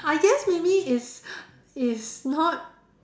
I guess maybe it's it's not